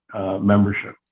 membership